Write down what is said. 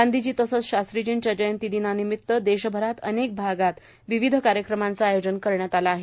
गांधीजी तसंच शास्त्रीजींच्या जयंतीनिमितानं देशभरात अनेक भागात विविध कार्यक्रमांचं आयोजन करण्यात आलं आहे